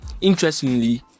interestingly